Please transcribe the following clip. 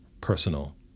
personal